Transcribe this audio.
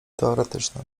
teoretyczne